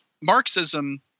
Marxism